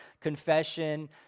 confession